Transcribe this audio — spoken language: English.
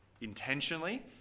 intentionally